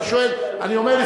אני אומר,